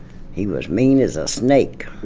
he was mean as a snake,